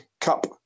Cup